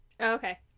Okay